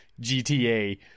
gta